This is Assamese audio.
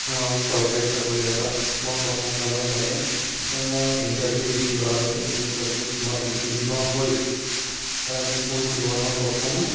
চৰকাৰী চাকৰি এটাত মই প্ৰথমবাৰৰ বাবে ইণ্টাৰভিউ দিছিলোঁ আৰু সেই ইণ্টাৰভিউত মই উত্তীৰ্ণ হৈ মোৰ জীৱনৰ প্ৰথম